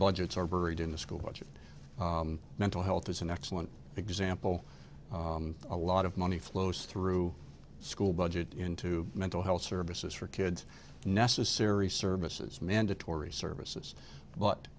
budgets are buried in the school budget mental health is an excellent example a lot of money flows through school budget into mental health services for kids necessary services mandatory services but